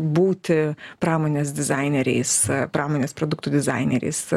būti pramonės dizaineriais pramonės produktų dizaineriais